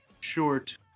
short